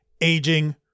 aging